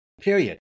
Period